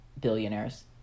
billionaires